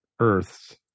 Earths